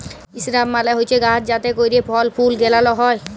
ইসরাব মালে হছে গাহাচ যাতে ক্যইরে ফল ফুল গেলাল হ্যয়